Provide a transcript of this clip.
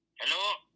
Hello